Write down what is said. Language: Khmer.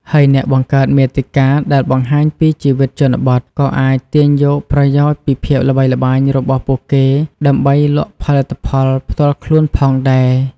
ហើយអ្នកបង្កើតមាតិកាដែលបង្ហាញពីជីវិតជនបទក៏អាចទាញយកប្រយោជន៍ពីភាពល្បីល្បាញរបស់ពួកគេដើម្បីលក់ផលិតផលផ្ទាល់ខ្លួនផងដែរ។